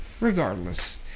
Regardless